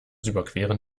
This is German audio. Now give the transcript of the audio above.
überqueren